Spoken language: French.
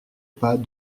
pas